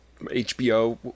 hbo